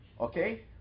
Okay